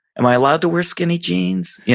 am i allowed to wear skinny jeans? yeah